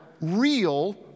real